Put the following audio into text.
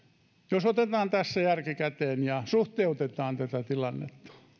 jos otetaan järki käteen ja suhteutetaan tätä tilannetta